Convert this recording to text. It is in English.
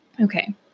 Okay